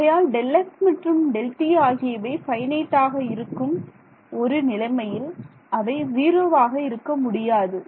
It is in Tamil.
ஆகையால் Δx மற்றும் Δt ஆகியவை ஃபைனைட் ஆக இருக்கும் ஒரு நிலைமையில் அவை ஜீரோவாக இருக்க முடியாது